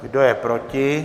Kdo je proti?